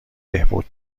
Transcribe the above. بهبود